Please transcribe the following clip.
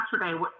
yesterday